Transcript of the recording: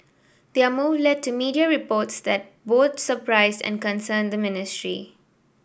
their move led to media reports that both surprised and concerned the ministry